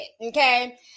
Okay